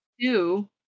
two